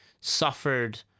suffered